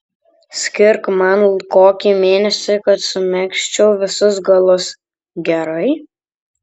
skirk man kokį mėnesį kad sumegzčiau visus galus gerai